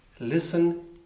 listen